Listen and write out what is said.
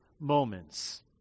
moments